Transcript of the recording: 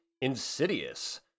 insidious